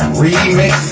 remix